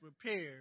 prepared